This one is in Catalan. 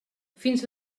fins